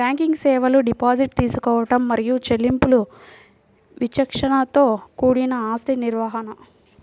banking సేవలు deposit తీసుకోవడం మరియు చెల్లింపులు విచక్షణతో కూడిన ఆస్తి నిర్వహణ,